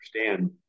Understand